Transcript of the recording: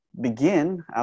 begin